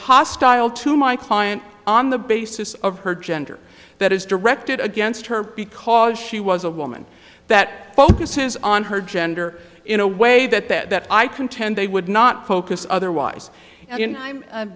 hostile to my client on the basis of her gender that is directed against her because she was a woman that focuses on her gender in a way that i contend they would not focus otherwise i'm